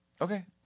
Okay